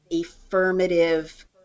affirmative